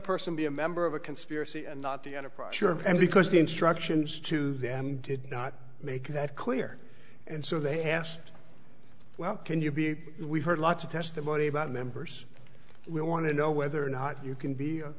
person be a member of a conspiracy and not the enterprise and because the instructions to them did not make that clear and so they have asked well can you be we've heard lots of testimony about members we want to know whether or not you can be